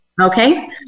Okay